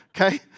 okay